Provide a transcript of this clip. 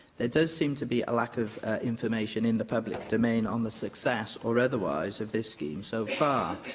there does seem to be a lack of information in the public domain on the success, or otherwise, of this scheme so far.